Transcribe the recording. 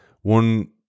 one